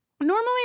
normally